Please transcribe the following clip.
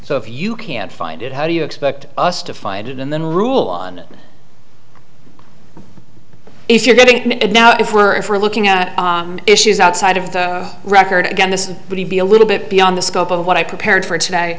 so if you can't find it how do you expect us to find it and then rule on it if you're getting it now if we're if we're looking at issues outside of the record again this would be a little bit beyond the scope of what i prepared for today